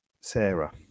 Sarah